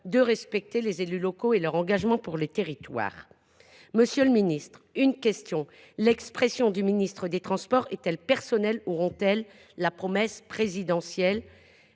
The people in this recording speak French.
de respecter les élus locaux et leur engagement pour les territoires. Monsieur le secrétaire d’État, l’expression du ministre des transports est elle personnelle ou rompt elle la promesse présidentielle ?